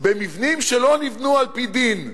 במבנים שלא נבנו על-פי דין?